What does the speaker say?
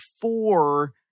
four